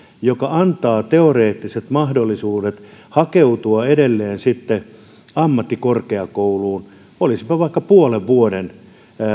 joka antaa teoreettiset mahdollisuudet hakeutua edelleen sitten ammattikorkeakouluun olisipa vaikka puolen vuoden